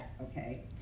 okay